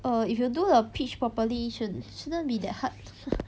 err if you do the pitch properly should~ shouldn't be that hard